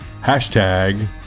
Hashtag